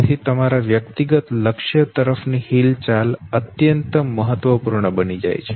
તેથી તમારા વ્યક્તિગત લક્ષ્ય તરફ ની હિલચાલ અત્યંત મહત્વપૂર્ણ બની જાય છે